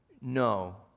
no